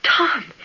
Tom